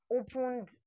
opened